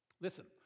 Listen